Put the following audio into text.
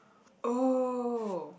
oh